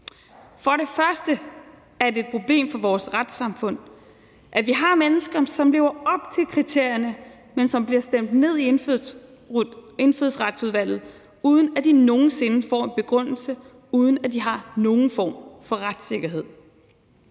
For det første er det et problem for vores retssamfund, at vi har mennesker, som lever op til kriterierne, men som bliver stemt ned i Indfødsretsudvalget, uden at de nogen sinde får en begrundelse, uden at de har nogen form for retssikkerhed.